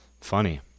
Funny